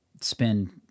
spend